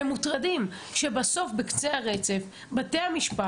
הם מוטרדים כי בסוף בקצה הרצף בתי המשפט